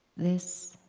this